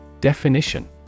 Definition